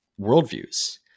worldviews